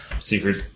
secret